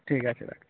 ঠিক আছে রাখছি